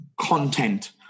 content